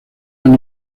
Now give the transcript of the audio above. han